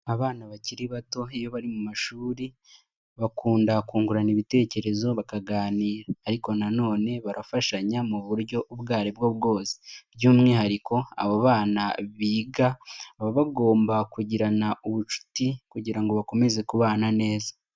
Abana bakiri bato nk'iyo bari mu mashuri bakunda kungurana ibitekerezo bakaganira, ariko nanone barafashanya mu buryo ubwo ari bwo bwose, by'umwihariko abo bana biga baba bagomba kugirana ubucuti kugira ngo bakomeze kubana neza.